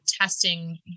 testing